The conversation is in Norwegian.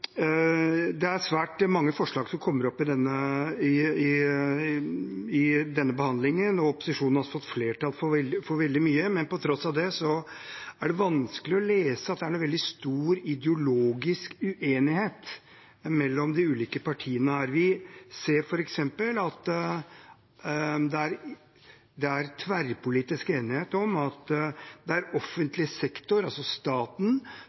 Det er svært mange forslag som kommer opp i denne behandlingen, og opposisjonen har fått flertall for veldig mye, men på tross av det er det vanskelig å lese at det er noen veldig stor ideologisk uenighet mellom de ulike partiene her. Vi ser f.eks. at det er tverrpolitisk enighet om at det er offentlig sektor, altså staten,